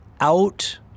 out